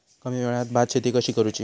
कमी वेळात भात शेती कशी करुची?